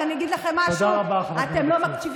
תודה רבה, חבר הכנסת אבקסיס.